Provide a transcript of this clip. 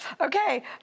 Okay